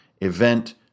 event